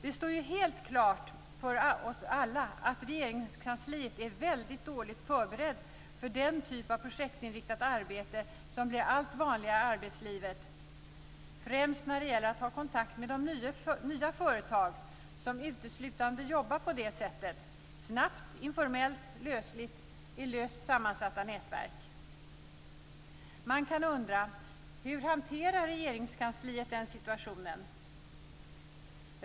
Det står ju helt klart för oss alla att Regeringskansliet är väldigt dåligt förberett för den typ av projektinriktat arbete som blir allt vanligare i arbetslivet, främst när det gäller att ha kontakt med de nya företag som uteslutande jobbar på det sättet; snabbt, informellt och lösligt i löst sammansatta nätverk. Man kan undra: Hur hanterar Regeringskansliet den situationen?